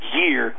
year